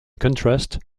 contrast